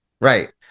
right